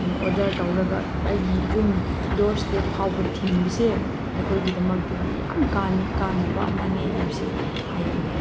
order ꯇꯧꯔꯒ ꯑꯩꯒꯤ ꯌꯨꯝ ꯗꯣꯔ ꯏꯁꯇꯦꯞꯐꯥꯎꯕ ꯊꯤꯟꯕꯁꯦ ꯑꯩꯈꯣꯏꯒꯤꯗꯃꯛꯇꯗꯤ ꯌꯥꯝ ꯀꯥꯟꯅꯕ ꯑꯃꯅꯤ ꯍꯥꯏꯕꯁꯤ ꯍꯥꯏꯅꯤꯡꯏ